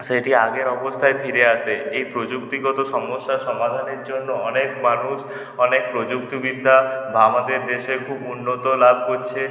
সেটি আগের অবস্থায় ফিরে আসে এই প্রযুক্তিগত সমস্যা সমাধানের জন্য অনেক মানুষ অনেক প্রযুক্তিবিদ্যা বা আমাদের দেশে খুব উন্নতি লাভ করছে